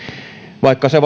vaikka se